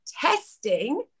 testing